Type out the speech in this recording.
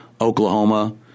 Oklahoma